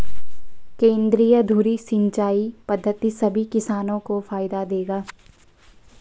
केंद्रीय धुरी सिंचाई पद्धति सभी किसानों को फायदा देगा